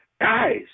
guys